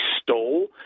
stole